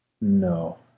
No